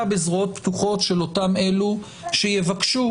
בזרועות פתוחות של אותם אלו שיבקשו,